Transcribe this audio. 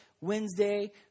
Wednesday